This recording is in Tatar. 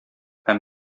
һәм